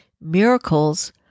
Miracles